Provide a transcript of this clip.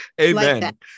amen